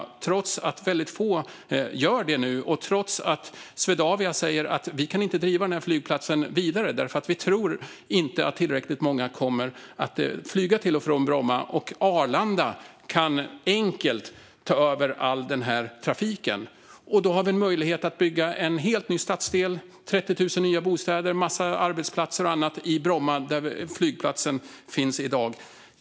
Detta trots att väldigt få gör det nu och trots att Swedavia säger att de inte kan driva den flygplatsen vidare, för de tror inte att tillräckligt många kommer att flyga till och från Bromma. Arlanda kan enkelt ta över all den trafiken, och då har vi möjlighet att bygga en helt ny stadsdel med 30 000 nya bostäder och massor av arbetsplatser och annat i Bromma där flygplatsen finns i dag.